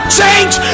change